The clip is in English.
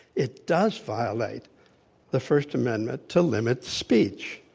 it does violate the first amendment to limit speech.